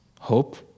hope